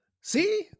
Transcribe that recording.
See